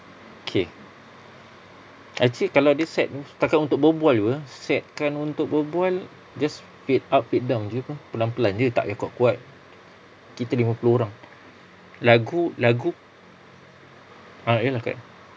okay actually kalau dia set setakat untuk berbual [pe] set kan untuk berbual just fade up fade down jer [pe] pelan-pelan jer tak payah kuat-kuat kita lima puluh orang lagu-lagu ah ya lah correct